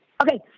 Okay